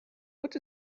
what